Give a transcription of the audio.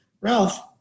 Ralph